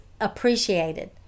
appreciated